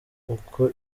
uko